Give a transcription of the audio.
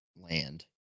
land